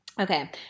Okay